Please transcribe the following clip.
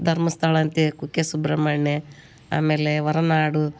ಧರ್ಮಸ್ಥಳ ಅಂತೇ ಕುಕ್ಕೆ ಸುಬ್ರಮಣ್ಯ ಆಮೇಲೆ ಹೊರನಾಡು